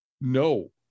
no